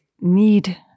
need